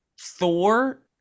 Thor